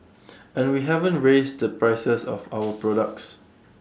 and we haven't raised the prices of our products